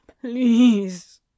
Please